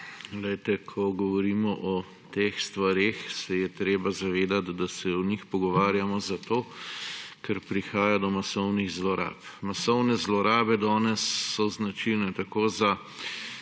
Ko govorimo o teh stvareh, se je treba zavedati, da se o njih pogovarjamo zato, ker prihaja do masovnih zlorab. Masovne zlorabe danes so značilne tako za